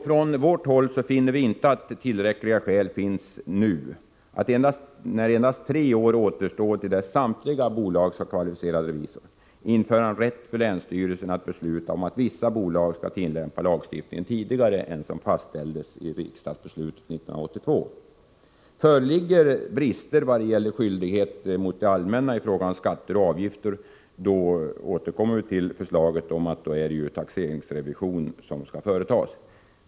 Från centerns håll finner vi inte att tillräckliga skäl föreligger att nu — när endast tre år återstår till dess att samtliga bolag skall ha kvalificerad revisor — införa en rätt för länsstyrelsen att besluta om att vissa bolag skall tillämpa lagstiftningen tidigare än som fastställdes i riksdagsbeslutet 1982. Föreligger brister i vad gäller skyldighet mot det allmänna i fråga om skatter och avgifter återkommer vi till förslaget att det är taxeringsrevision som skall företas.